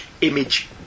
image